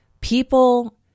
people